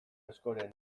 askoren